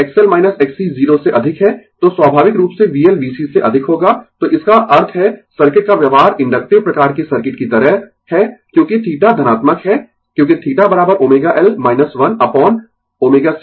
यदि XL Xc 0 से अधिक है तो स्वाभाविक रूप से VL VC से अधिक होगा तो इसका अर्थ है सर्किट का व्यवहार इन्डक्टिव प्रकार के सर्किट की तरह है क्योंकि θ धनात्मक है क्योंकि θ ω L 1 अपोन ω c R